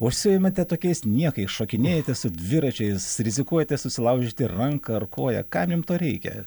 užsiimate tokiais niekais šokinėjate su dviračiais rizikuojate susilaužyti ranką ar koją kam jum to reikia